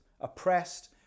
oppressed